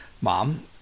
mom